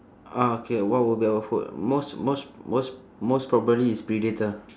okay what would be our food most most most most probably it's predator